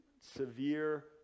severe